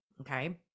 Okay